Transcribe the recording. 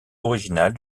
originale